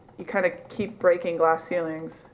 you kind of keep breaking glass ceilings,